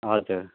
हजुर